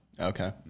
Okay